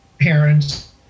parents